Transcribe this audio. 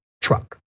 truck